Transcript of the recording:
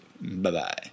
Bye-bye